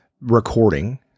recording